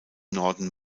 norden